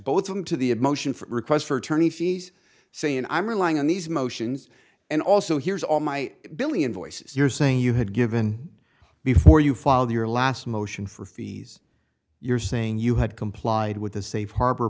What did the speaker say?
both of them to the motion for requests for attorney fees saying i'm relying on these motions and also here's all my billion voices you're saying you had given before you filed your last motion for fees you're saying you had complied with the safe harbor